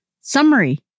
Summary